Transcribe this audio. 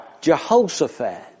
Jehoshaphat